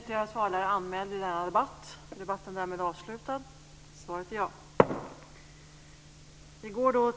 Fru talman!